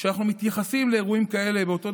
כשאנחנו מתייחסים לאירועים כאלה אותו הדבר,